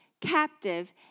captive